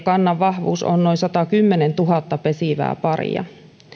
kannan vahvuus on noin satakymmentätuhatta pesivää paria